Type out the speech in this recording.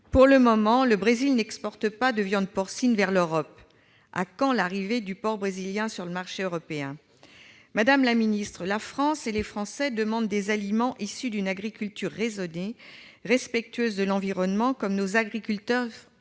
Pour le moment, le Brésil n'exporte pas de viande porcine vers l'Europe. À quand l'arrivée du porc brésilien sur le marché européen ? Madame la secrétaire d'État, la France et les Français demandent des aliments issus d'une agriculture raisonnée, respectueuse de l'environnement, comme nos producteurs